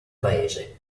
paese